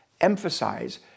emphasize